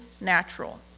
natural